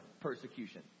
persecution